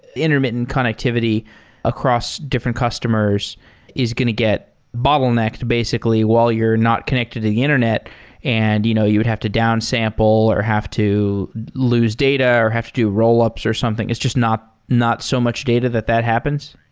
intermittent connectivity across different customers is going to get bottlenecked basically while you're not connected to the internet and you know you would have to down sample or have to lose data or have to do rollups or something. it's just not not so much data that that happens?